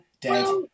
dead